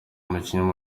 umukinnyi